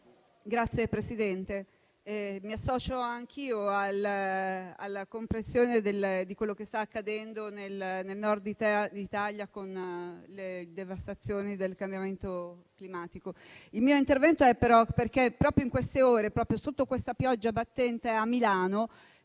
Signora Presidente, mi associo anch'io alla comprensione di quello che sta accadendo nel Nord Italia con le devastazioni dovute al cambiamento climatico. Intervengo però perché, proprio in queste ore, sotto questa pioggia battente, a Milano